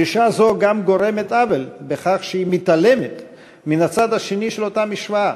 דרישה זו גם גורמת עוול בכך שהיא מתעלמת מן הצד השני של אותה משוואה,